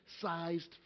sized